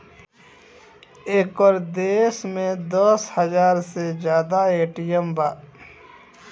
एकर देश में दस हाजार से जादा ए.टी.एम बा